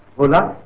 bhola.